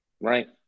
Right